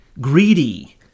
greedy